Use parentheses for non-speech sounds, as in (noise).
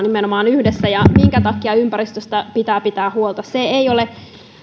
(unintelligible) nimenomaan yhdessä ja minkä takia ympäristöstä pitää pitää huolta se ei ole